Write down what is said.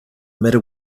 matter